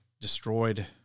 destroyed